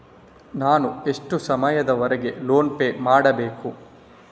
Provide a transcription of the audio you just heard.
ನಾನು ಎಷ್ಟು ಸಮಯದವರೆಗೆ ಲೋನ್ ಪೇ ಮಾಡಬೇಕು?